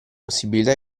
possibilità